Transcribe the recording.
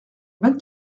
vingt